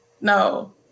no